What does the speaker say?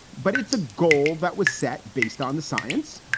but it's a goal that was set based on the science.